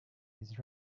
his